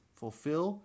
fulfill